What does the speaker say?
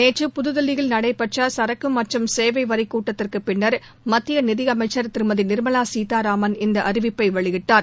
நேற்று புதுதில்லியில் நடைபெற்ற சரக்கு மற்றும் சேவை வரிக் கூட்டத்திற்குப் பின்னர் மத்திய நிதியமைச்சர் திருமதி நிர்மலா சீதாராமன் இந்த அறிவிப்பை வெளியிட்டார்